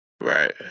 right